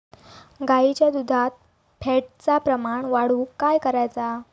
गाईच्या दुधात फॅटचा प्रमाण वाढवुक काय करायचा?